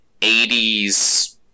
80s